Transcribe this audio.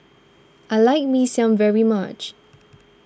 I like Mee Siam very much